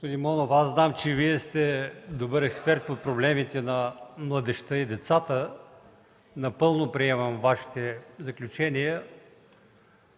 добър експерт по проблемите на младежта и децата. Напълно приемам Вашите заключения,